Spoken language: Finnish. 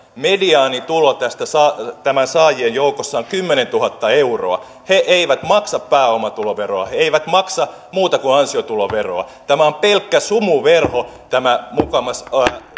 mediaanitulo tämän saajien joukossa on kymmenentuhatta euroa he eivät maksa pääomatuloveroa he eivät maksa muuta kuin ansiotuloveroa tämä on pelkkä sumuverho tämä mukamas